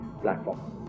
platform